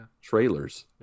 Trailers